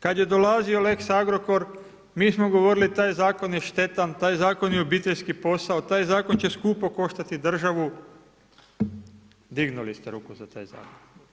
Kada je dolazio lex Agrokor, mi smo govorili taj zakon je štetan, taj zakon je obiteljski posao, taj zakon će skupo koštati državu, dignuli ste ruku za taj zakon.